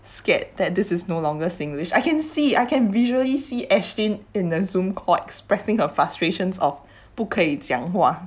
scared that this is no longer singlish I can see I can visually see ashlyn in the zoom call expressing her frustrations of 不可以讲话